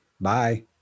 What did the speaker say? Bye